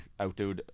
outdo